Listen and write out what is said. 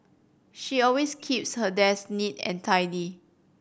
she always keeps her desk neat and tidy